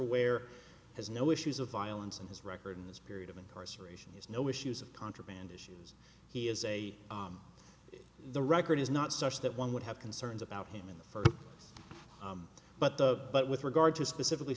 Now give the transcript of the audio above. mr ware has no issues of violence in his record in this period of incarceration is no issues of contraband issues he is a the record is not such that one would have concerns about him in the first but the but with regard to specifically